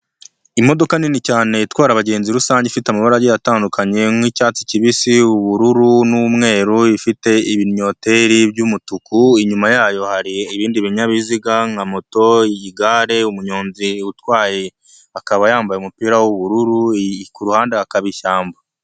Imodoka nini cyane itwara abagenzi rusange ifite amabaragi atandukanye nk'icyatsi kibisi ubururu n'umweru i bifite ibinyoteri by'umutuku inyuma yayo hari ibindi binyabiziga nka moto, igare umunyonzi utwaye akaba yambaye umupira w'ubururu kuruhande akaba ishyamba.